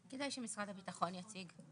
כדאי שמשרד הביטחון יציג.